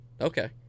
okay